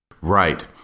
Right